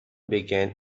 began